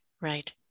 right